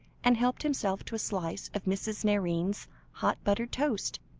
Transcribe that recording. and helped himself to a slice of mrs. nairne's hot buttered toast,